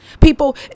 people